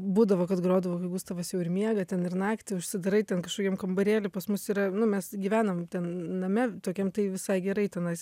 būdavo kad grodavau kai gustavas jau ir miega ten ir naktį užsidarai ten kažkokiam kambarėly pas mus yra nu mes gyvenam name tokiam tai visai gerai tenais